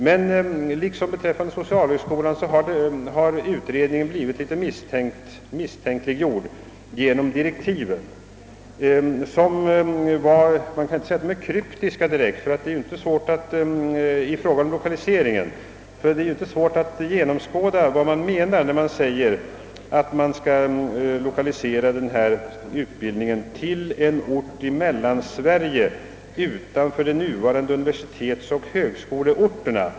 Men liksom beträffande socialhögskolorna har utredningen blivit litet misstänkliggjord därför att den följt direktiven. Man kan inte säga att direktiven är kryptiska — det är ju inte svårt att inse vad som menas med uttalandet att denna utbildning skall lokaliseras till en ort i Mellansverige utanför de nuvarande universitetsoch högskoleorterna.